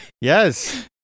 yes